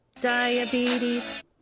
Diabetes